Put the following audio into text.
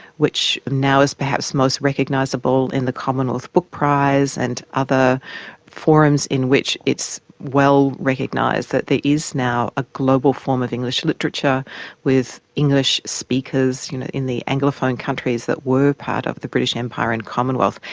which now is perhaps most recognisable in the commonwealth book prize and other forums in which it's well recognised that there is now a global form of english literature with english speakers you know in the anglophone countries that were part of the british empire and commonwealth,